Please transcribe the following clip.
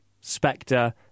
Spectre